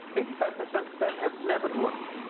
eighty five percent of them have never worked.